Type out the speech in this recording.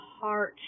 heart